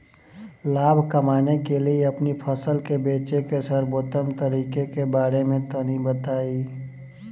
लाभ कमाने के लिए अपनी फसल के बेचे के सर्वोत्तम तरीके के बारे में तनी बताई?